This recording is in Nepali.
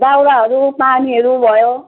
दाउराहरू पानीहरू भयो